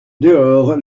dehors